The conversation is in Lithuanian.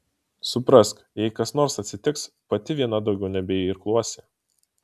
suprask jei kas nors atsitiks pati viena daugiau nebeirkluosi